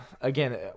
again